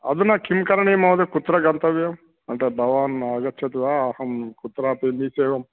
अधुना किं करणीयं महोदय कुत्र गन्तव्यं भवान् आगच्छतु वा अहं कुत्रापि